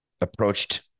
approached